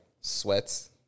sweats